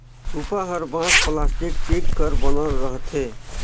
सूपा हर बांस, पलास्टिक, टीग कर बनल रहथे